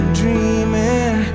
dreaming